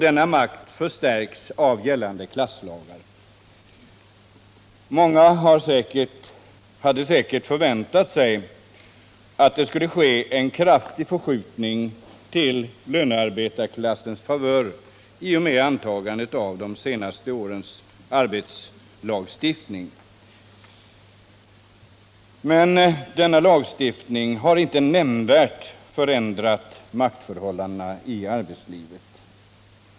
Denna makt förstärks av gällande klasslagar. Många hade säkert förväntat sig att det skulle ske en kraftig förskjutning till lönearbetarklassens favör i och med antagandet av de senaste årens arbetslagstiftning. Men denna lagstiftning har inte nämnvärt förändrat maktförhållandena i arbetslivet.